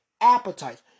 appetites